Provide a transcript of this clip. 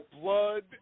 blood